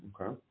okay